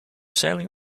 sailing